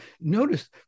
notice